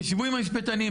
תשבו עם המשפטנים,